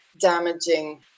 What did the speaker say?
damaging